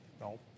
No